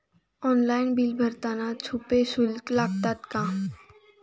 Online bill भरताना छुपे शुल्क लागतात का?